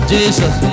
Jesus